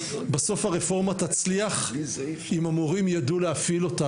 בסוף הרפורמה תצליח אם המורים יידעו להפעיל אותה,